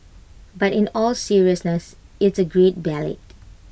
but in all seriousness it's A great ballad